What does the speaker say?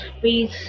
Please